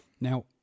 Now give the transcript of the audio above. Now